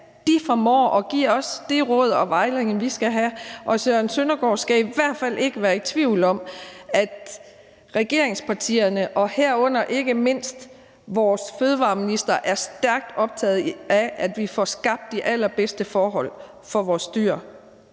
de formår at give os de råd og den vejledning, vi skal have, og Søren Søndergaard skal i hvert fald ikke være i tvivl om, at regeringspartierne og herunder ikke mindst vores fødevareminister er stærkt optaget af, at vi får skabt de allerbedste forhold for vores dyr,